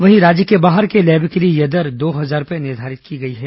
वहीं राज्य के बाहर के लैब के लिए यह दर दो हजार रूपए निर्धारित की गई है